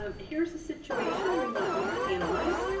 ah here's a situation we want you to analyze.